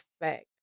effect